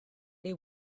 they